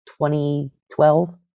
2012